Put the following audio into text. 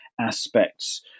aspects